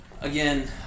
again